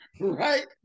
Right